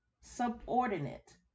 subordinate